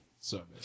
service